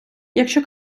якщо